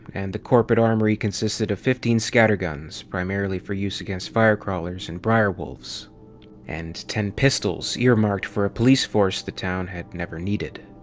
and the corporate armory consisted of fifteen scatter-guns primarily for use against fire-crawlers and briar-wolves and ten pistols ear-marked for a police force the town had never needed.